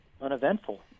uneventful